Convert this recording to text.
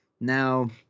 Now